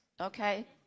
okay